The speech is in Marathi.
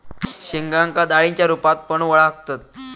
शेंगांका डाळींच्या रूपात पण वळाखतत